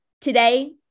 Today